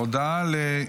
לדיון